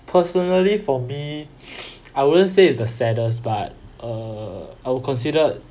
personally for me I wouldn't say it's the saddest but err I will consider